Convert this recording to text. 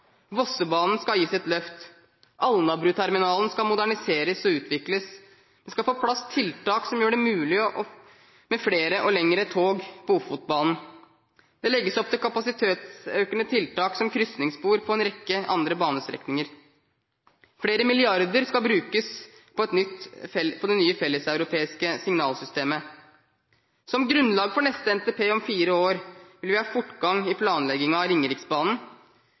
Vossebanen skal gis et løft. Alnabruterminalen skal moderniseres og utvikles. Det skal på plass tiltak som gjør det mulig med flere og lengre tog på Ofotbanen. Det legges opp til kapasitetsøkende tiltak som krysningsspor på en rekke andre banestrekninger. Flere milliarder skal brukes på det nye felleseuropeiske signalsystemet. Som grunnlag for neste NTP om fire år vil vi ha fortgang i planleggingen av Ringeriksbanen,